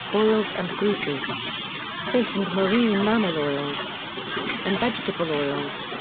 oils and greases fish and marine mammal oils and vegetable oils.